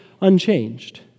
unchanged